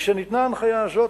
משניתנה ההנחיה הזאת,